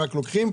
רק לוקחת,